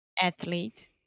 Athlete